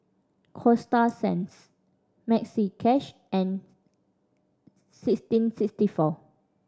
Coasta Sands Maxi Cash and sixteen sixty four